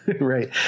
right